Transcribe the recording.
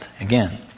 Again